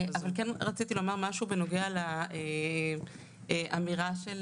כן רציתי לומר משהו בנוגע לאמירה של